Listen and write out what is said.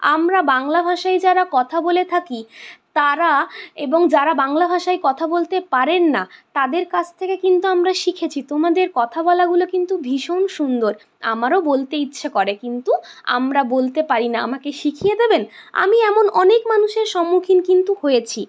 আমরা বাংলা ভাষায় যারা কথা বলে থাকি তারা এবং যারা বাংলা ভাষায় কথা বলতে পারেন না তাদের কাছ থেকে কিন্তু আমরা শিখেছি তোমাদের কথা বলাগুলো কিন্তু ভীষণ সুন্দর আমারও বলতে ইচ্ছে করে কিন্তু আমরা বলতে পারিনা আমাকে শিখিয়ে দেবেন আমি এমন অনেক মানুষের সম্মুখীন কিন্তু হয়েছি